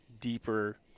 deeper